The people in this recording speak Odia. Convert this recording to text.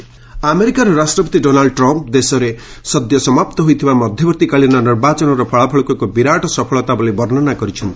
ୟୁଏସ୍ ମିଡ୍ଟର୍ମ ଆମେରିକାର ରାଷ୍ଟ୍ରପତି ଡୋନାଲ୍ଡ ଟ୍ରମ୍ପ୍ ଦେଶରେ ସଦ୍ୟ ସମାପ୍ତ ହୋଇଥିବା ମଧ୍ୟବର୍ତ୍ତୀକାଳୀନ ନିର୍ବାଚନର ଫଳାଫଳକୁ ଏକ ବିରାଟ ସଫଳତା ବୋଲି ବର୍ଷ୍ଣନା କରିଛନ୍ତି